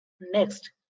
next